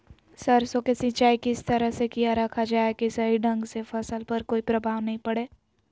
सरसों के सिंचाई किस तरह से किया रखा जाए कि सही ढंग से फसल पर कोई प्रभाव नहीं पड़े?